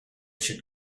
should